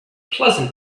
pleasant